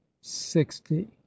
sixty